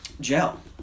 Gel